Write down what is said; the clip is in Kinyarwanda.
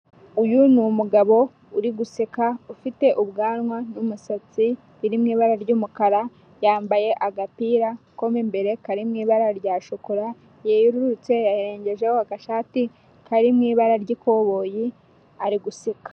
Uyu ni umugabo uri guseka ufite ubwanwa n'umusatsi biri mu ibara ry'umukara yambaye agapira ko imbere kari mu ibara rya shokora yerurutse yarengejeho agashati kari mu ibara ry'ikoboyi ari guseka.